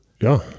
Ja